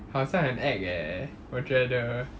好像很 act eh 我觉得